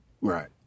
Right